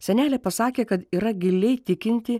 senelė pasakė kad yra giliai tikinti